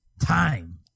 time